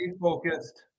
focused